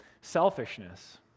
selfishness